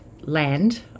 land